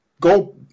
go